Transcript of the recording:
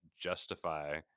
justify